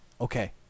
Okay